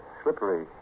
slippery